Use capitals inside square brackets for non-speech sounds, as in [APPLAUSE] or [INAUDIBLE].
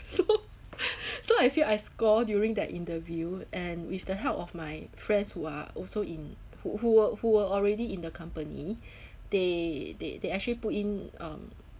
so [LAUGHS] so I feel I scored during that interview and with the help of my friends who are also in who were who were already in the company they they they actually put in um